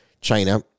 China